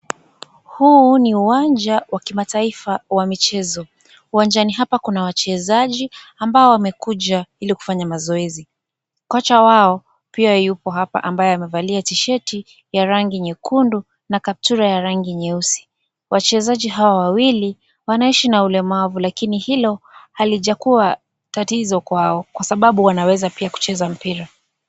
Huu ni uwanja wa kimataifa wa michezo. Uwanjani hapa kuna wachezaji ambao wamekuja ili kufanya mazoezi. Kocha wao pia yupo hapa ambaye amevalia tisheti ya rangi nyekundu na kaptura ya rangi nyeusi. Wachezaji hawa wawili wanaishi na ulemavu lakini hilo halijakuwa tatizo kwao kwa sababu wanaweza pia kucheza mpira.